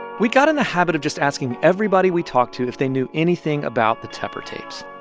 we'd got in the habit of just asking everybody we talked to if they knew anything about the tepper tapes.